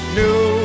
new